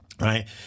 Right